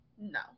no